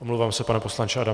Omlouvám se, pane poslanče Adamče.